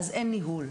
אז אין ניהול.